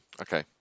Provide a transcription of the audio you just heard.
Okay